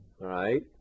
right